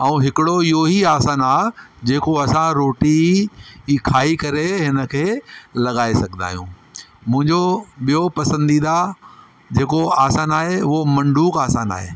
ऐं हिकिड़ो इहेई आसन आहे जेको असां रोटी खाई करे इनखे लॻाए सघंदा आहियूं मुंहिंजो ॿियो पसंदीदा जेको आसन आहे उहो मंडूक आसन आहे